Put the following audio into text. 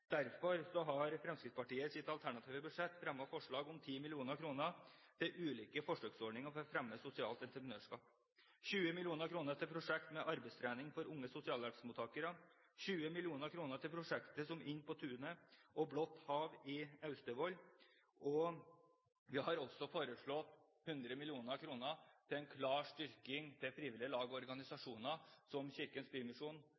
har Fremskrittspartiet i sitt alternative budsjett fremmet forslag om 10 mill. kr til ulike forsøksordninger for å fremme sosialt entreprenørskap, 20 mill. kr til prosjekt med arbeidstrening for unge sosialhjelpsmottakere og 20 mill. kr til prosjekter som Inn på tunet og Blått hav i Austevoll. Vi har også foreslått 100 mill. kr til en klar styrking av frivillige lag og organisasjoner som Kirkens Bymisjon,